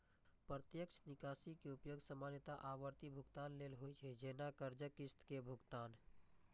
प्रत्यक्ष निकासी के उपयोग सामान्यतः आवर्ती भुगतान लेल होइ छै, जैना कर्जक किस्त के भुगतान